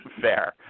Fair